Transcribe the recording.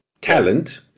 talent